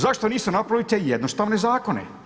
Zašto niste napravili te jednostavne zakone?